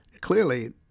Clearly